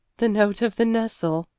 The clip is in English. the note of the nestle,